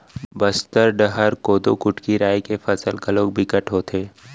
बस्तर डहर कोदो, कुटकी, राई के फसल घलोक बिकट होथे